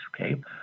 okay